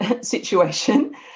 situation